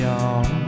on